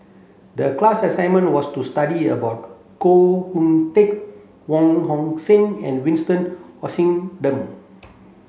the class assignment was to study about Koh Hoon Teck Wong Hong Suen and Vincent Hoisington